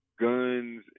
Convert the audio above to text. guns